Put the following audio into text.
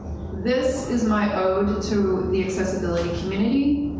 this is my ode to the accessibility community,